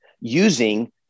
using